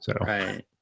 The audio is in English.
Right